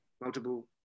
multiple